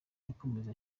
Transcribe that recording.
yakomeje